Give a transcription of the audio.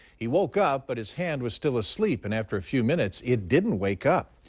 he woke up, but his hand was still asleep and after a few minutes, it didn't wake up.